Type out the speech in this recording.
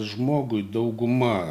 žmogui dauguma